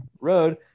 road